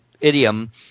idiom